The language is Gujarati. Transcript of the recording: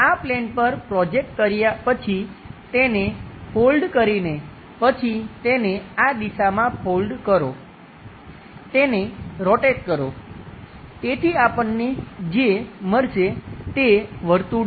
આ પ્લેન પર પ્રોજેક્ટ કર્યા પછી તેને ફોલ્ડ કરીને પછી તેને આ દિશામાં ફોલ્ડ કરો તેને રોટેટ કરો તેથી આપણને જે મળશે તે વર્તુળ છે